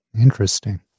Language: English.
Interesting